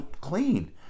clean